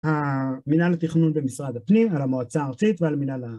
המנהל התכנון במשרד הפנים, על המועצה הארצית ועל מנהל...